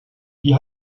die